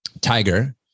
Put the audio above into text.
Tiger